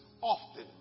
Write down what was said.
often